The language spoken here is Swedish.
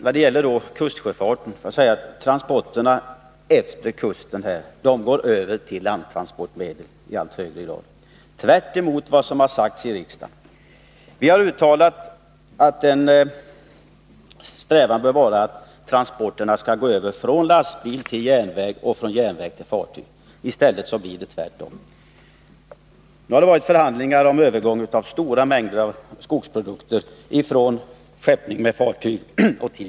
När det gäller kustsjöfarten vill jag säga att transporterna längs kusten håller på att i allt högre grad gå över till landtransportsidan, tvärtemot vad som sagts i riksdagen. Vi har uttalat att en strävan bör vara att transporterna skall gå över från lastbil till järnväg och från järnväg till fartyg. I stället blir det tvärtom. Nu har det förts förhandlingar om övergång från transport med fartyg till järnväg av stora mängder av skogsprodukter.